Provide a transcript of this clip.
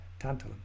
tantalum